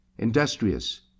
industrious